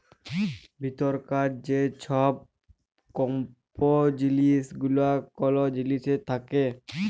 ভিতরকার যে ছব কম্পজিসল গুলা কল জিলিসের থ্যাকে